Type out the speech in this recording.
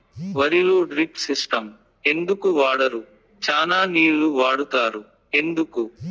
వరిలో drip system ఎందుకు వాడరు? చానా నీళ్లు వాడుతారు ఎందుకు?